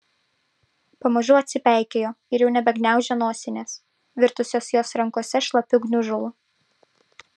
pamažu atsipeikėjo ir jau nebegniaužė nosinės virtusios jos rankose šlapiu gniužulu